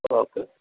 okay